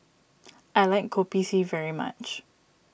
I like Kopi C very much